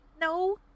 No